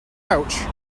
pouch